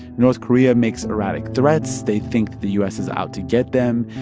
north korea makes erratic threats. they think the u s. is out to get them.